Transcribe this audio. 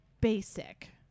basic